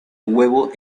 huevo